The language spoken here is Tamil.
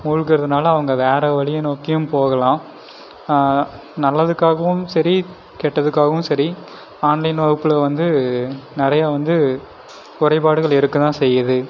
மூழ்கறதுனால அவங்க வேறு வழிய நோக்கியும் போகலாம் நல்லதுக்காகவும் சரி கெட்டதுக்காகவும் சரி ஆன்லைன் வகுப்பில் வந்து நிறையா வந்து குறைபாடுகள் இருக்க தான் செய்யுது